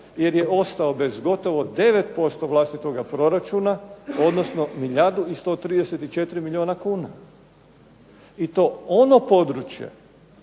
jer je ostao bez gotovo 9% vlastitoga proračuna, odnosno milijardu i 134 milijuna kuna i to ono područje